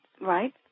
right